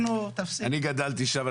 אני גדלתי שם,